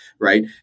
right